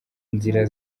nzira